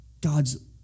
God's